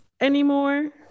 anymore